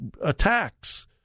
attacks